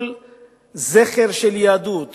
כל זכר של יהדות,